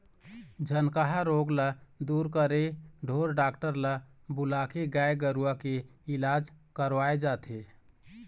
झनकहा रोग ल दूर करे ढोर डॉक्टर ल बुलाके गाय गरुवा के इलाज करवाय जाथे